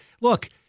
look –